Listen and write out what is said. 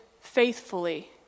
faithfully